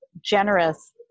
generous